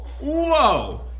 whoa